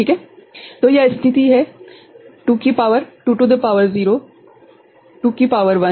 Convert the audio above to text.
तो यह स्थिति है 2 की शक्ति 0 2 की शक्ति 1 2 की शक्ति 2 और 2 की शक्ति 3